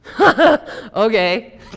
okay